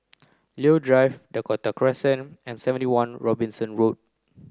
Leo Drive Dakota Crescent and seventy one Robinson Road